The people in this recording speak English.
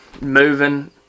moving